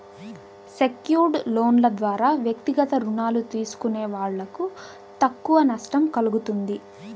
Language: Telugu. సెక్యూర్డ్ లోన్ల ద్వారా వ్యక్తిగత రుణాలు తీసుకునే వాళ్ళకు తక్కువ నష్టం కల్గుతుంది